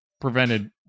prevented